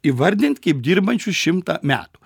įvardint kaip dirbančius šimtą metų